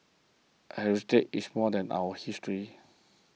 heritage is more than our history